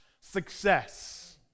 success